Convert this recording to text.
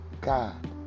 God